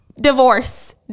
divorce